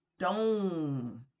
stone